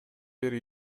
бери